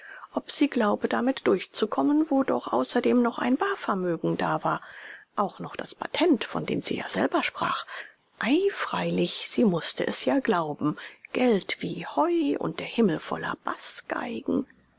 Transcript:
ob sie glaube damit durchzukommen wo doch außerdem noch ein barvermögen da war auch noch das patent von dem sie ja selber sprach ei freilich sie mußte es ja glauben geld wie heu und der himmel voller